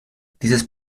dieses